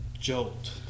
Jolt